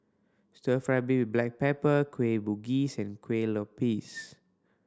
Stir Fry beef black pepper Kueh Bugis and kue lupis